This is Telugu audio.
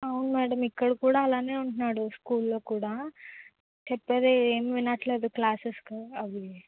అవును మేడమ్ ఇక్కడ కూడా అలానే ఉంటున్నాడు స్కూల్లో కూడా చెప్పేవేం వినట్లేదు క్లాస్సెస్ కూ అవి